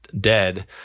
dead